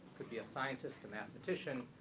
could be a scientist, a mathematician,